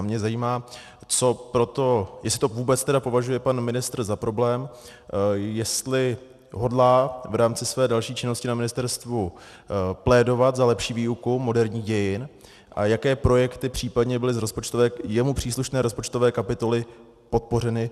A mě zajímá, co pro to jestli to vůbec považuje pan ministr za problém, jestli hodlá v rámci své další činnosti na ministerstvu plédovat za lepší výuku moderních dějin a jaké projekty případně byly z jemu příslušné rozpočtové kapitoly podpořeny.